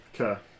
Okay